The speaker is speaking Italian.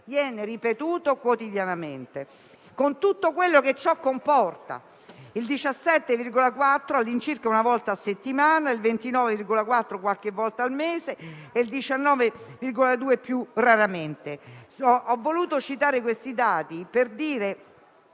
viene ripetuto quotidianamente; il 17,4 all'incirca una volta a settimana; il 29,4 qualche volta al mese e il 19,2 più raramente. Ho voluto citare questi dati per dire